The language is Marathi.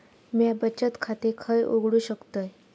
म्या बचत खाते खय उघडू शकतय?